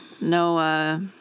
No